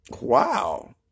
Wow